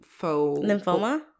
lymphoma